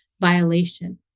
violation